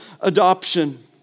adoption